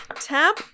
tap